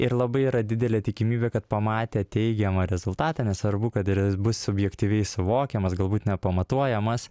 ir labai yra didelė tikimybė kad pamatę teigiamą rezultatą nesvarbu kad ir bus subjektyviai suvokiamas galbūt nepamatuojamas